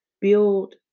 build